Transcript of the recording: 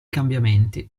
cambiamenti